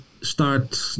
start